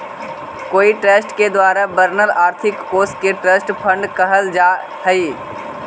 कोई ट्रस्ट के द्वारा बनल आर्थिक कोश के ट्रस्ट फंड कहल जा हई